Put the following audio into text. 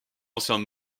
ancien